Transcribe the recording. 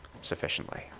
sufficiently